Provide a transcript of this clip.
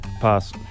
Pass